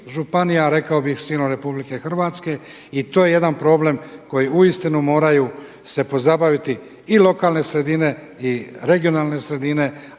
rekao bih širom RH i to je jedan problem koji uistinu moraju se pozabaviti i lokalne sredine i regionalne sredine